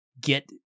get